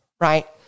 right